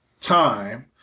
time